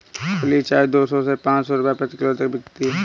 खुली चाय दो सौ से पांच सौ रूपये प्रति किलो तक बिकती है